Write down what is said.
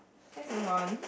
let's move on